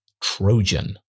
Trojan